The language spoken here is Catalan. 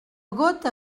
gota